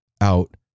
out